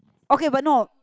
okay but no